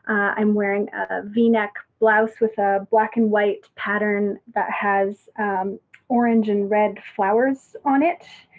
i'm wearing a v-neck blouse with a black-and-white pattern that has orange and red flowers on it,